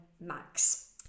max